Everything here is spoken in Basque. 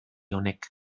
honek